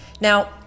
Now